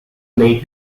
lake